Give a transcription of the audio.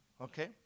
Okay